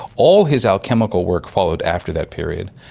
all his alchemical work followed after that period.